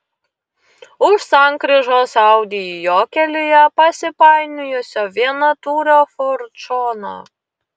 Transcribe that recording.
už sankryžos audi į jo kelyje pasipainiojusio vienatūrio ford šoną